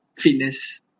Fitness